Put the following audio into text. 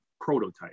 prototype